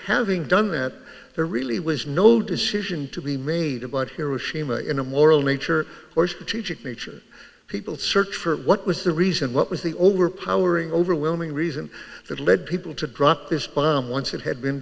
having done that there really was no decision to be made about hiroshima in the moral nature or strategic nature people search for what was the reason what was the overpowering overwhelming reason that led people to drop this bomb once it had been